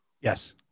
Yes